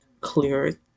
clear